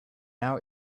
now